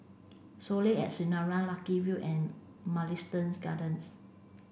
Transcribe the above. Soleil at Sinaran Lucky View and Mugliston Gardens